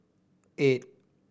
eight